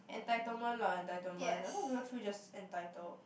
entitlement lah entitlement like some people feel just entitled